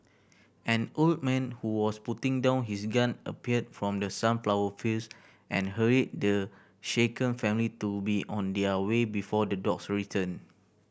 an old man who was putting down his gun appeared from the sunflower fields and hurried the shaken family to be on their way before the dogs return